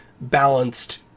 balanced